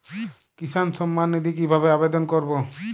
কিষান সম্মাননিধি কিভাবে আবেদন করব?